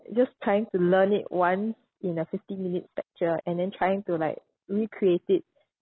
just trying to learn it once in a fifteen minute lecture and then trying to like recreate it